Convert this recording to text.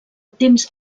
temps